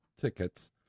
tickets